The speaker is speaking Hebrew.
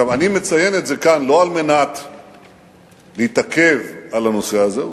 אני מציין את זה כאן לא על מנת להתעכב על הנושא הזה,